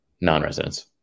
non-residents